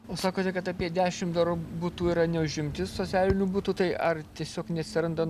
sakote kad apie dešim dar butų yra neužimti socialinių butų tai ar tiesiog neatsiranda